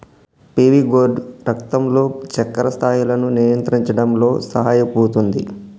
PV gourd రక్తంలో చక్కెర స్థాయిలను నియంత్రించడంలో సహాయపుతుంది